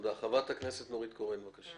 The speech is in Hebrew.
חברת הכנסת נורית קורן, בבקשה.